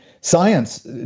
science